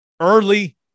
early